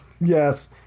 Yes